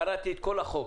קראתי את כל החוק,